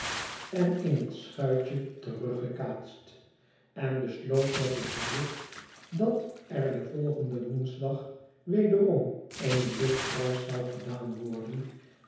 en in het schuitje teruggekaatst en besloot met het bericht dat er den volgenden woensdag wederom eene luchtreis zou gedaan worden